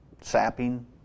sapping